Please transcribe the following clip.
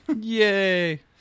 Yay